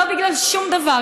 לא בגלל שום דבר,